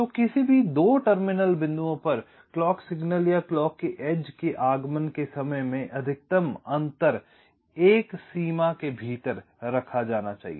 तो किसी भी 2 टर्मिनल बिंदुओं पर क्लॉक संकेत या क्लॉक के एज के आगमन के समय में अधिकतम अंतर एक सीमा के भीतर रखा जाना चाहिए